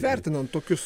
vertinant tokius